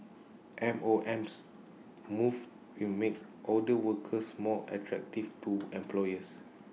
M O M's moves will makes older workers more attractive to employers